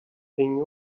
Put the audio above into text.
thing